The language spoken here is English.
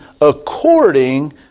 according